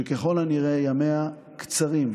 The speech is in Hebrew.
שככל הנראה ימיה קצרים,